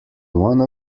one